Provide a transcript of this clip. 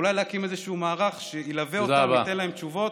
אולי להקים איזשהו מערך שילווה אותם וייתן להם תשובות.